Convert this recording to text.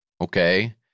okay